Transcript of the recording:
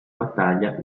battaglia